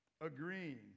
agreeing